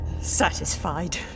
Satisfied